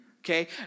Okay